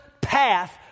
path